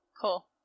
Cool